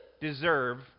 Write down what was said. deserve